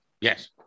yes